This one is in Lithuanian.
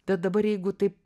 tad dabar jeigu taip